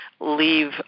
leave